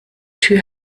tür